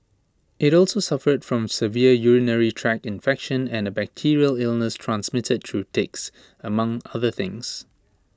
IT also suffered from severe urinary tract infection and A bacterial illness transmitted through ticks among other things